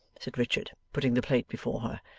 said richard, putting the plate before her.